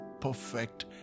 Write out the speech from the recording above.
perfect